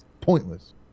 Pointless